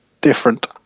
different